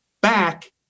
Back